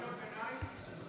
אין לנו אפשרות לקריאות ביניים?